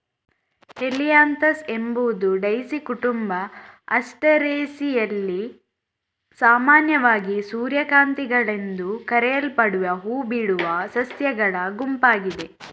Helianthus ಎಂಬುದು daisy ಕುಟುಂಬ ಆಸ್ಟರೇಸಿಯಲ್ಲಿ ಸಾಮಾನ್ಯವಾಗಿ ಸೂರ್ಯಕಾಂತಿಗಳೆಂದು ಕರೆಯಲ್ಪಡುವ ಹೂ ಬಿಡುವ ಸಸ್ಯಗಳ ಗುಂಪಾಗಿದೆ